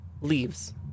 leaves